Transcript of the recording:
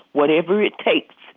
whatever it takes.